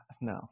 No